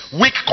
weak